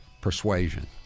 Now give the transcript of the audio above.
persuasion